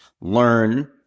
learn